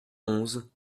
onze